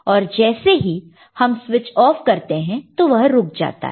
और जैसे ही हम स्विच ऑफ करते हैं तो वह रुक जाता है